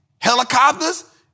helicopters